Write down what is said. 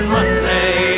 Monday